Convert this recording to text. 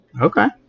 Okay